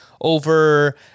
over